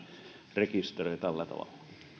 rekisteröi tällä tavalla